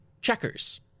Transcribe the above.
Checkers